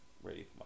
Ready